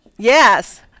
Yes